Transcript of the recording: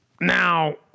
Now